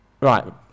Right